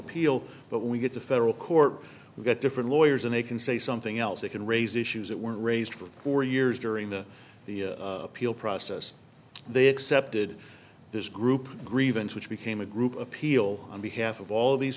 appeal but we get the federal court we've got different lawyers and they can say something else they can raise issues that weren't raised for four years during the appeal process they accepted this group grievance which became a group appeal on behalf of all these